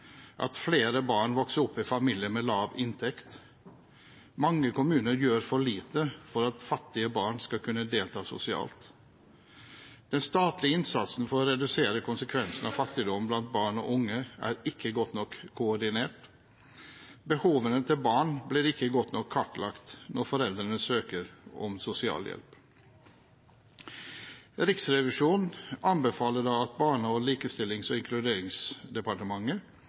er: Flere barn vokser opp i familier med lav inntekt. Mange kommuner gjør for lite for at fattige barn skal kunne delta sosialt. Den statlige innsatsen for å redusere konsekvensene av fattigdom blant barn og unge er ikke godt nok koordinert. Behovene til barn blir ikke godt nok kartlagt når foreldrene søker om sosialhjelp. Riksrevisjonen anbefaler at Barne-, likestillings- og inkluderingsdepartementet